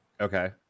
Okay